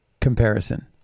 comparison